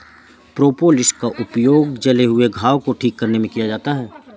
propolis का प्रयोग जले हुए घाव को ठीक करने में किया जाता है